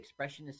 expressionist